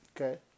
Okay